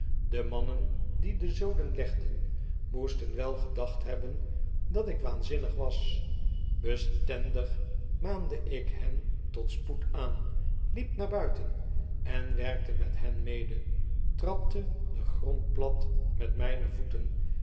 de mannen die de zoden legden moeten wel gedacht hebben dat ik waanzinnig was bestendig maande ik hen tot spoed aan liep naar buiten en werkte met hen mede trapte den grond plat met myne voeten